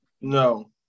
No